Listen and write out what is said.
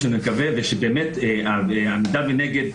ושנקווה ושבאמת העמידה מנגד,